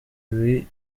ibi